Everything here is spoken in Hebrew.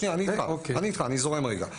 אני איתך, אני זורם רגע.